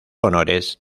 honores